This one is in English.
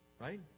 right